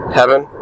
heaven